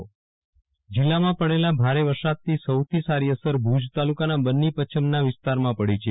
વિરલ રાણા બન્નીનું ઘાસ જીલ્લામાં પડેલા સારા વરસાદની સૌથી સારી અસર ભુજ તાલુકાના બન્ની પચ્છમના વિસ્તારમાં પડી છે